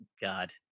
god